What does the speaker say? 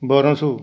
ਬਾਰਾਂ ਸੌ